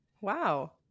wow